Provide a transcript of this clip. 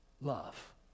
love